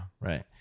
Right